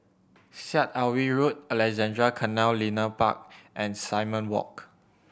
Syed Alwi Road Alexandra Canal Linear Park and Simon Walk